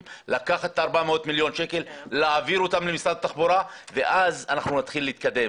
אז לקחת את הכסף הזה ולהעביר אותם למשרד התחבורה ואז נתחיל להתקדם.